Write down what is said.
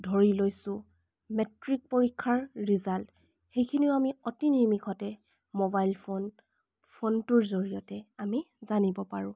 ধৰি লৈছোঁ মেট্ৰিক পৰীক্ষাৰ ৰিজাল্ট সেইখিনিও আমি অতি নিমিষতে মোবাইল ফোন ফোনটোৰ জৰিয়তে আমি জানিব পাৰোঁ